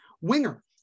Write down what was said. winger